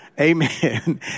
amen